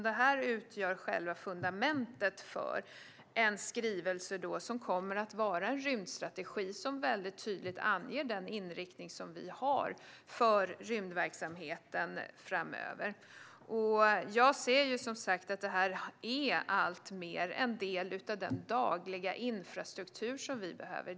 Det här utgör själva fundamentet för en skrivelse som kommer att vara en rymdstrategi som väldigt tydligt anger den inriktning som vi har för rymdverksamheten framöver. Jag ser att detta alltmer är en del av den dagliga infrastruktur som vi behöver.